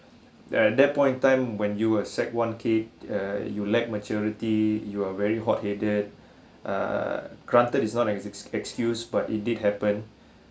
that that point in time when you were sec~ one okay err you lack maturity you are very hot headed err granted is not ex~ ex~ excuse but it did happen